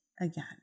again